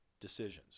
decisions